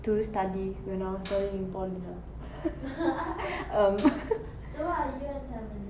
to study when I studying in poly lah um